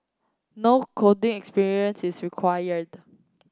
no coding experience is required